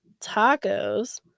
tacos